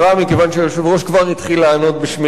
מכיוון שהיושב-ראש כבר התחיל לענות בשמי,